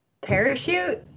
parachute